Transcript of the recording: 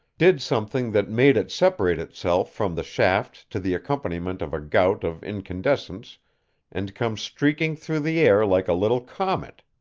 did something that made it separate itself from the shaft to the accompaniment of a gout of incandescence and come streaking through the air like a little comet.